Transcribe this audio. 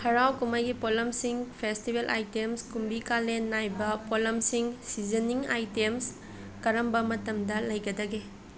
ꯍꯔꯥꯎ ꯀꯨꯝꯍꯩꯒꯤ ꯄꯣꯠꯂꯝꯁꯤꯡ ꯐꯦꯁꯇꯤꯕꯦꯜ ꯑꯥꯏꯇꯦꯝꯁ ꯀꯨꯝꯕꯤ ꯀꯥꯂꯦꯟ ꯅꯥꯏꯕ ꯄꯣꯠꯂꯝꯁꯤꯡ ꯁꯤꯖꯅꯤꯡ ꯑꯥꯏꯇꯦꯝꯁ ꯀꯔꯝꯕ ꯃꯇꯝꯗ ꯂꯩꯒꯗꯒꯦ